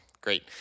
Great